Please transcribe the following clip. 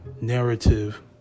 narrative